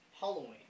Halloween